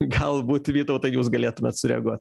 galbūt vytautai jūs galėtumėt sureaguot